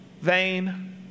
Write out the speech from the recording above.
vain